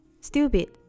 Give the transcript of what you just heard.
stupid